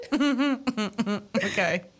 Okay